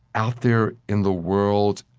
out there in the world,